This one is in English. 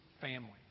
family